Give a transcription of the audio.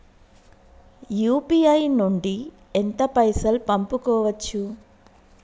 UPI నుండి ఎంత పైసల్ పంపుకోవచ్చు?